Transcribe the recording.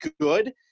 good